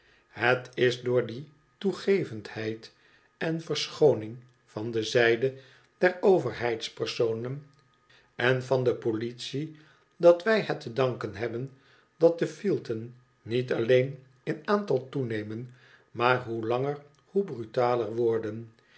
het is door die toegevendheid en verschooning van de zijde der o verheid spersonen en van de politie dat wij het te danken hebben dat de fielten niet alleen in aantal toenemen maar hoe langer hoe brutaler worden